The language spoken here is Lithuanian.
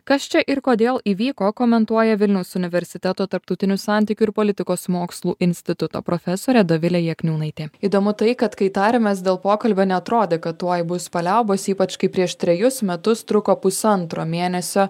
kas čia ir kodėl įvyko komentuoja vilniaus universiteto tarptautinių santykių ir politikos mokslų instituto profesorė dovilė jakniūnaitė įdomu tai kad kai tarėmės dėl pokalbio neatrodė kad tuoj bus paliaubos ypač kai prieš trejus metus truko pusantro mėnesio